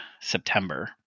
september